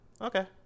Okay